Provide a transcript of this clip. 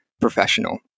professional